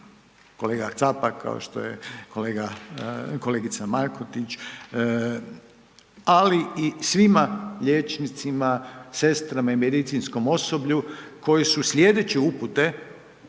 kolega Capak, kao što je kolegica Markotić, ali i svima liječnicima, sestrama i medicinskom osoblju koji su slijedeći upute